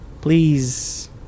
Please